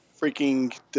freaking